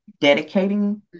dedicating